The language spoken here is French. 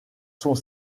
sont